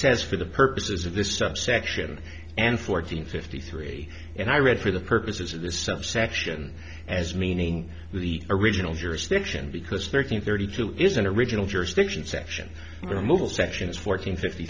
says for the purposes of this subsection and fourteen fifty three and i read for the purposes of this subsection as meaning the original jurisdiction because thirteen thirty two is an original jurisdiction section removal sections fourteen fifty